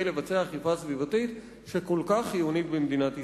לבצע אכיפה סביבתית שהיא כל כך חיונית במדינת ישראל.